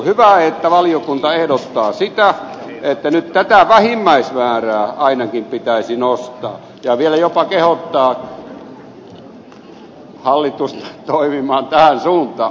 hyvä että valiokunta ehdottaa sitä että nyt tätä vähimmäismäärää ainakin pitäisi nostaa ja vielä jopa kehottaa hallitusta toimimaan tähän suuntaan